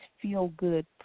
feel-good